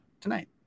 tonight